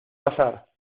pasar